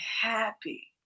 happy